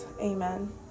Amen